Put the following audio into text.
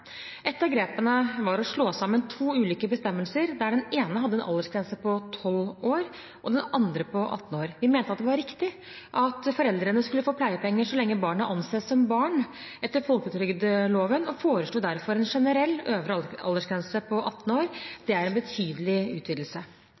av grepene var å slå sammen to ulike bestemmelser, der den ene hadde en aldersgrense på 12 år, og den andre hadde en aldersgrense på 18 år. Vi mente det var riktig at foreldrene skulle få pleiepenger så lenge barnet anses som barn etter folketrygdloven, og foreslo derfor en generell øvre aldersgrense på 18 år.